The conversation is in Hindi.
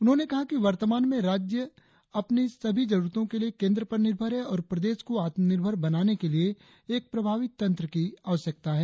उन्होंने कहा कि वर्तमान में राज्य अपनी सभी जरुरतों के लिए केंद्र पर निर्भर है और प्रदेश को आत्मनिर्भर बनाने के लिए एक प्रभावी तंत्र की आवश्यक है